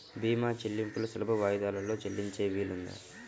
భీమా చెల్లింపులు సులభ వాయిదాలలో చెల్లించే వీలుందా?